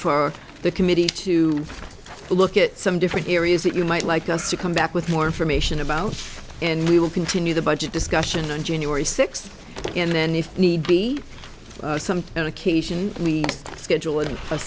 for the committee to look at some different areas that you might like us to come back with more information about and we will continue the budget discussion on january sixth and then if need be some indication we schedul